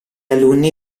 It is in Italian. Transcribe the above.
alunni